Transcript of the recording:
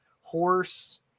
horse